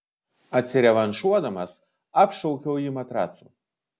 atsirevanšuodamas apšaukiau jį matracu